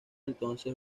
entonces